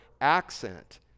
accent